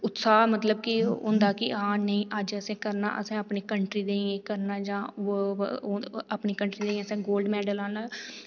उत्साह मतलब कि होंदा कि हां नेईं अज्ज असें करना असें अपनी कंट्री ताईं एह् करना जां अपनी कंट्री ताईं असैं गोल्ड मैडल लाना